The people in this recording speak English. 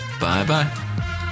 Bye-bye